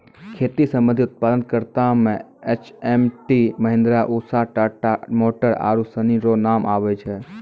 खेती संबंधी उप्तादन करता मे एच.एम.टी, महीन्द्रा, उसा, टाटा मोटर आरु सनी रो नाम आबै छै